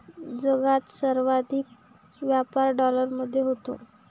जगात सर्वाधिक व्यापार डॉलरमध्ये होतो